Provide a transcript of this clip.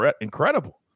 Incredible